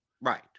Right